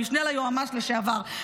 המשנה ליועמ"ש לשעבר,